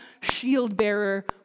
shield-bearer